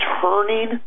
turning